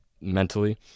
mentally